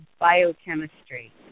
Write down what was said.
biochemistry